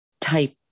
type